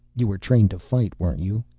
you were trained to fight, weren't you?